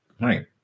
Right